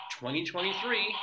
2023